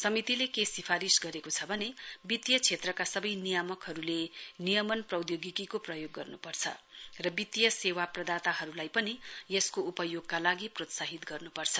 समितिले के सिफारिस गरेको छ भने वित्तिय क्षेत्रका सबै नियामकहरूलाई नियमन प्रौद्योगिकीको प्रयोग गर्नुपर्छ र वित्तिय सेवा प्रदाताहरूलाई पनि यसको उपयोगका लागि प्रोत्साहन गर्नुपर्छ